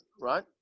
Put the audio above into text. right